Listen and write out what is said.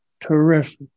terrific